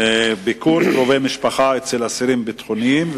ביקור קרובי משפחה אצל אסירים ביטחוניים.